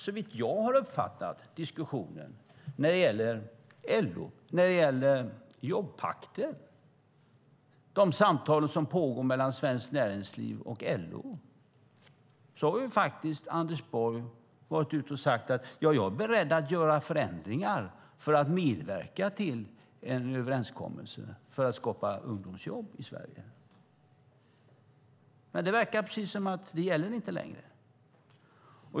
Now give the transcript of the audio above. Som jag har uppfattat diskussionen, de samtal som pågår mellan Svenskt Näringsliv och LO om jobbpakter, har Anders Borg varit ute och sagt att han är beredd att göra förändringar för att medverka till en överenskommelse för att skapa ungdomsjobb i Sverige. Det verkar som om det inte gäller längre.